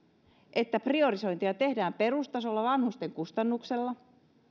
että priorisointia tehdään perustasolla vanhusten kustannuksella